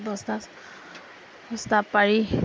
বস্তা চস্তা পাৰি